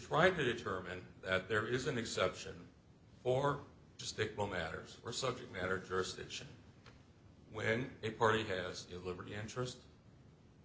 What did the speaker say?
trying to determine that there is an exception or just pick one matters or subject matter jurisdiction when a party has delivered yet interest